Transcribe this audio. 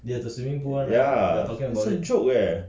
ya is a joke eh